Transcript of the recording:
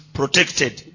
protected